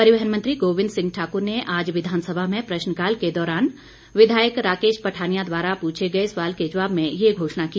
परिवहन मंत्री गोबिंद सिंह ठाकुर ने आज विधानसभा में प्रश्नकाल के दौरान विधायक राकेश पठानिया द्वारा पूछे गए सवाल के जवाब में ये घोषणा की